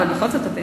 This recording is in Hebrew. אבל בכל זאת,